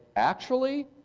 actually,